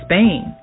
Spain